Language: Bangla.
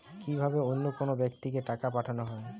কি ভাবে অন্য কোনো ব্যাক্তিকে টাকা পাঠানো হয়?